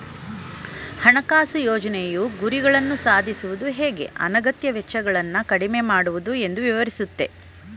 ಹಣಕಾಸು ಯೋಜ್ನೆಯು ಗುರಿಗಳನ್ನ ಸಾಧಿಸುವುದು ಹೇಗೆ ಅನಗತ್ಯ ವೆಚ್ಚಗಳನ್ನ ಕಡಿಮೆ ಮಾಡುವುದು ಎಂದು ವಿವರಿಸುತ್ತೆ